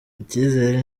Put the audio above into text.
icyizere